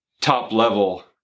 top-level